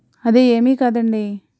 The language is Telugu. అదే ఏమి కాదండి